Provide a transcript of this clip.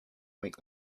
make